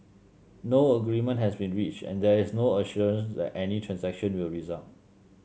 no agreement has been reached and there is no assurance that any transaction will result